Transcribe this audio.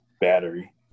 battery